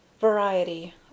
Variety